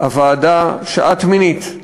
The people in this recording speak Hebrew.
הוועדה שאת מינית,